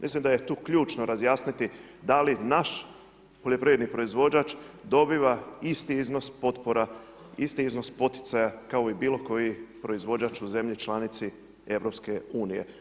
Mislim da je tu ključno razjasniti da li naš poljoprivredni proizvođač dobiva isti iznos potpora, isti iznos poticaja, kao i bilo koji proizvođač u zemlji članici Europske unije.